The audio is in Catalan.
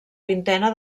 vintena